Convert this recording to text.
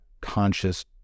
conscious